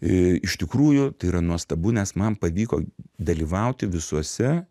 iš tikrųjų tai yra nuostabu nes man pavyko dalyvauti visuose